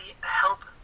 help